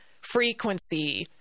frequency